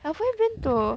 have we been to